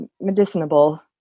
medicinable